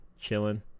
chilling